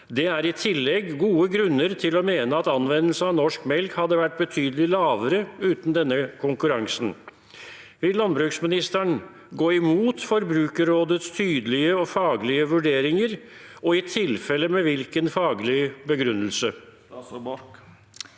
Det er i tillegg gode grunner til å mene at anvendelse av norsk melk hadde vært betydelig lavere uten denne konkurransen.» Vil landbruksministeren gå imot Forbrukerrådets tydelige og faglige vurderinger, og i tilfelle med hvilken faglig begrunnelse?